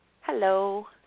Hello